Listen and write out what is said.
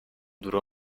duró